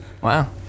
wow